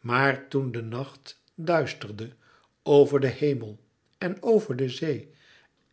maar toen de nacht duisterde over den hemel en over de zee